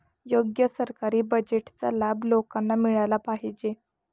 योग्य सरकारी बजेटचा लाभ लोकांना मिळाला पाहिजे